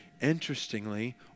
interestingly